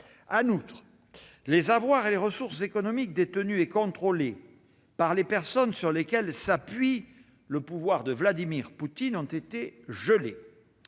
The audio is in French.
En outre, les avoirs et les ressources économiques détenus et contrôlés par les personnes sur lesquelles s'appuie le pouvoir de Vladimir Poutine ont été gelés.